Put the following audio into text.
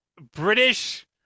British